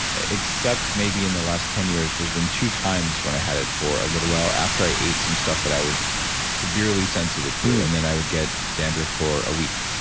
except maybe in the last ten years there's been two times when i had it for a little while after i ate some stuff that i was severely sensitive to, and then i would get dandruff for a week,